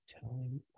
telling